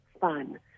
fun